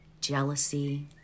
jealousy